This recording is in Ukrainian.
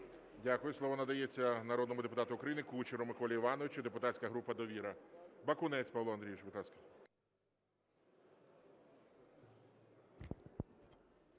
Дякую. Слово надається народному депутату України Кучеру Миколі Івановичу, депутатська група "Довіра".